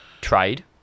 Trade